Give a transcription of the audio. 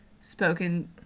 spoken